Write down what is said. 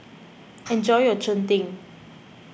enjoy your Cheng Tng